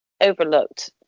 overlooked